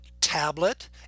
tablet